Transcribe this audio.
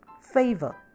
favor